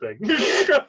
big